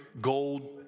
gold